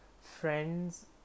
friends